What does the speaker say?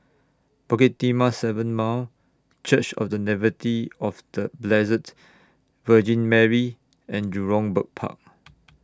Bukit Timah seven Mile Church of The Nativity of The Blessed Virgin Mary and Jurong Bird Park